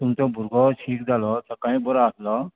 तुमचो भुरगो शीक जालो सकाळी बरो आसलो